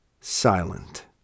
silent